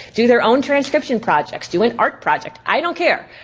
do their own transcription projects, do an art project, i don't care.